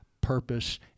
purpose